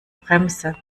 bremse